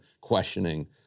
questioning